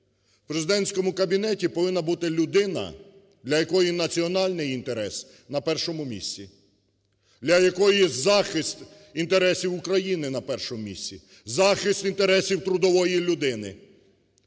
В президентському кабінеті повинна бути людина, для якої національний інтерес на першому місці, для якої захист інтересів України на першому місці, захист інтересів трудової людини.